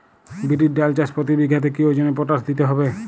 বিরির ডাল চাষ প্রতি বিঘাতে কি ওজনে পটাশ দিতে হবে?